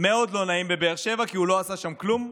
מאוד לא נעים בבאר שבע, כי הוא לא עשה שם כלום.